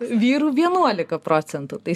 vyrų vienuolika procentų tai